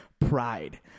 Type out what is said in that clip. Pride